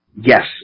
yes